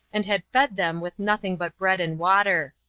and had fed them with nothing but bread and water.